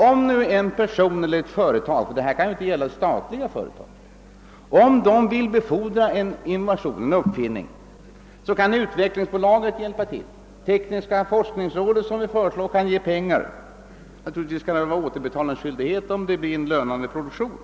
Om nu en person eller ett företag — det kan här inte gälla statliga företag -— vill befordra en innovation, så kan utvecklingsbolaget hjälpa till härmed, och det tekniska forskningsråd som vi föreslår kan ge pengar. Naturligtvis bör det föreligga återbetalningsskyldighet, om det blir en lönande produktion.